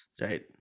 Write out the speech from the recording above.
Right